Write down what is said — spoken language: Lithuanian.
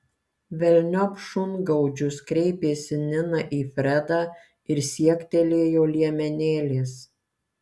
velniop šungaudžius kreipėsi nina į fredą ir siektelėjo liemenėlės